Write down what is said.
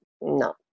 no